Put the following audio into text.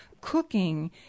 cooking